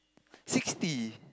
sixty